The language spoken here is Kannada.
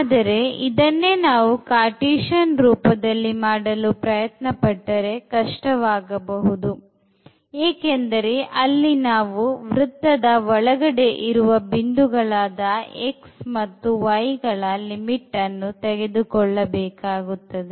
ಆದರೆ ಇದನ್ನೇ ನಾವು cartesian ರೂಪದಲ್ಲಿ ಮಾಡಲು ಪ್ರಯತ್ನಪಟ್ಟರೆ ಕಷ್ಟವಾಗಬಹುದು ಏಕೆಂದರೆ ಅಲ್ಲಿ ನಾವು ವೃತ್ತದ ಒಳಗಡೆ ಇರುವ ಬಿಂದುಗಳಾದ x ಮತ್ತು y ಗಳ limit ಅನ್ನು ತೆಗೆದುಕೊಳ್ಳಬೇಕಾಗುತ್ತದೆ